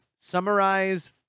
summarize